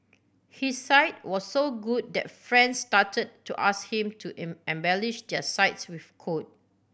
his site was so good that friends started to ask him to embellish their sites with code